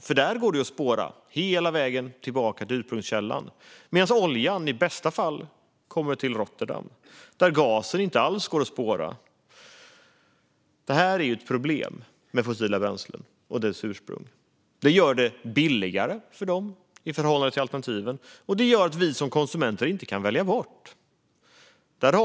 Där går det ju att spåra hela vägen tillbaka till ursprungskällan medan oljan i bästa fall kommer till Rotterdam och gasen inte alls går att spåra. Det här är ett av problemen med fossila bränslen och deras ursprung. Det gör dem billigare i förhållande till alternativen, och det gör att vi som konsumenter inte kan välja bort dem.